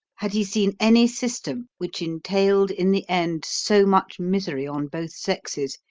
had he seen any system which entailed in the end so much misery on both sexes,